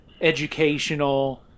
educational